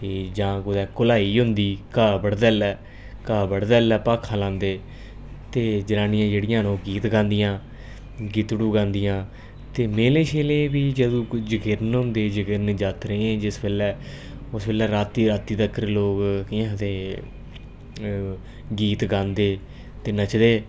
फ्ही जां कुतै घुलाई होंदी घा बढदे बेल्लै घा बढदे बेल्लै भाखां लांदे ते जनानियां जेह्ड़ियां न ओह् गीत गांदियां गीतड़ू गांदियां ते मेले शेले बी जदूं कोई जगीरन होंदे जगीरन जात्तरें गी जिसलै उस बेल्लै राती राती तकर लोग केह् आखदे गीत गांदे ते नचदे